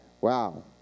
Wow